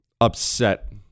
upset